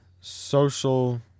social